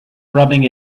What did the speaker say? rubbing